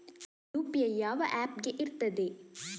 UPI ಯಾವ ಯಾವ app ಗೆ ಇರ್ತದೆ?